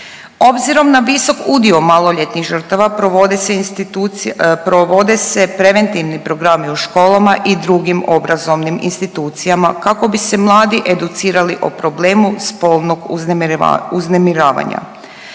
Obzirom na visok udio maloljetnih žrtava provode se institucije, provode se preventivni programi u školama i drugim obrazovnim institucijama kako bi se mladi educirali o problemu spolnog uznemiravanja.